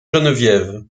geneviève